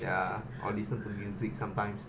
ya or listen to music sometimes